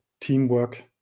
teamwork